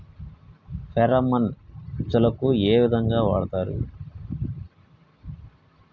Pheromone ఉచ్చులకు ఏ విధంగా వాడుతరు?